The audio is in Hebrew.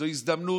זו הזדמנות,